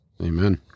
Amen